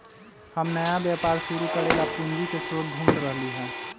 हम नया व्यापार शुरू करे ला पूंजी के स्रोत ढूढ़ रहली है